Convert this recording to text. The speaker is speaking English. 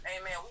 Amen